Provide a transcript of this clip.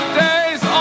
days